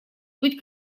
быть